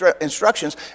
instructions